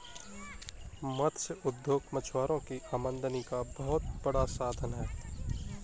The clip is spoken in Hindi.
मत्स्य उद्योग मछुआरों की आमदनी का बहुत बड़ा साधन है